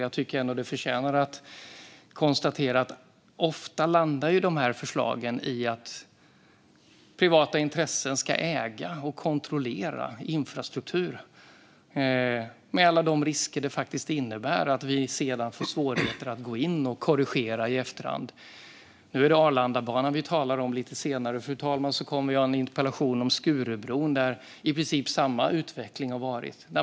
Jag tycker att det förtjänar att konstateras att de här förslagen ofta landar i att privata intressen ska äga och kontrollera infrastruktur med alla de risker som det faktiskt innebär och att vi sedan får svårigheter med att gå in och korrigera i efterhand. Nu är det Arlandabanan vi talar om, och lite senare, fru talman, kommer vi att ha en interpellationsdebatt här om Skurubron där i princip samma utveckling har skett.